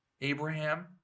Abraham